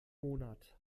monat